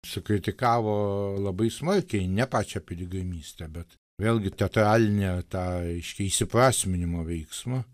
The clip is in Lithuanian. sukritikavo labai smarkiai ne pačią piligrimystę bet vėlgi teatralinę tą reiškia įsiprasminimo veiksmą